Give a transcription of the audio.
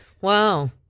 Wow